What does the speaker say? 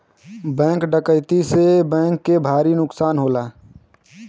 bank डकैती से bank के भारी नुकसान होला